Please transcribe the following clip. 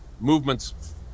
movements